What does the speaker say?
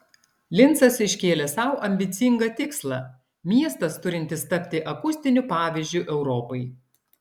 lincas iškėlė sau ambicingą tikslą miestas turintis tapti akustiniu pavyzdžiu europai